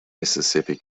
mississippi